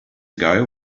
ago